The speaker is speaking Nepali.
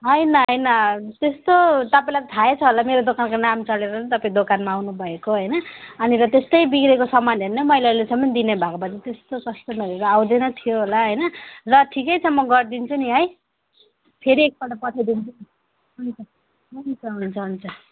होइन होइन त्यस्तो तपाईँलाई थाहै छ होला मेरो दोकानको नाम चलेर नै तपाईँ दोकानमा आउनु भएको होइन अनि र त्यस्तै बिग्रेको सामानहरू नै मैले अहिलेसम्म दिनेभएको भए त त्यस्तो कस्टमरहरू आउँदैन थियो होला होइन ल ठिकै छ म गरिदिन्छु नि है फेरि एकपल्ट पठाइदिन्छु हुन्छ हुन्छ हुन्छ